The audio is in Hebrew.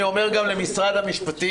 אני אומר גם למשרד המשפטים,